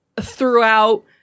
throughout